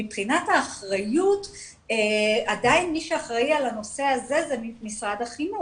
מבחינת האחריות עדיין מי שאחראי על הנושא זה משרד החינוך,